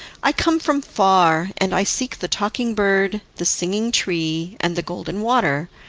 i come from far, and i seek the talking bird, the singing tree, and the golden water.